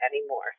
anymore